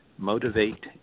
motivate